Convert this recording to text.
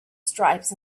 stripes